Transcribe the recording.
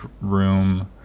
room